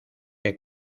que